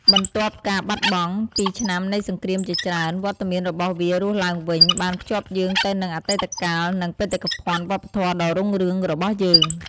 បន្ទាប់ការបាត់បង់ពីឆ្នាំនៃសង្គ្រាមជាច្រើន វត្តមានរបស់វារស់ឡើងវិញបានភ្ជាប់យើងទៅនឹងអតីតកាល និងបេតិកភណ្ឌវប្បធម៌ដ៏រុងរឿងរបស់យើង។